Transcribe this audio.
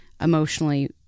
emotionally